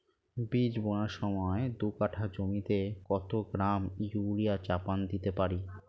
বীজ বোনার সময় দু কাঠা জমিতে কত গ্রাম ইউরিয়া চাপান দিতে পারি?